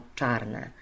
Czarne